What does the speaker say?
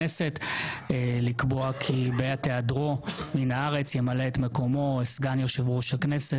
הכנסת לקבוע כי בעת היעדרו מן הארץ ימלא את מקומו סגן יושב ראש הכנסת,